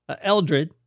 Eldred